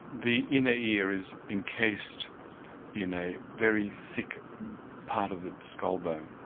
the inner ear is encased in a very thick part of the skull bone.